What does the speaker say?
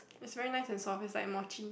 it's very nice and soft is like mochi